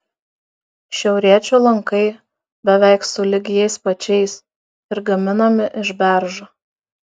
šiauriečių lankai beveik sulig jais pačiais ir gaminami iš beržo